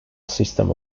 system